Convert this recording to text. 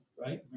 right